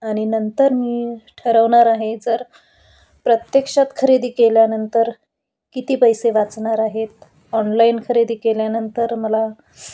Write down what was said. आणि नंतर मी ठरवणार आहे जर प्रत्यक्षात खरेदी केल्यानंतर किती पैसे वाचणार आहेत ऑनलाईन खरेदी केल्यानंतर मला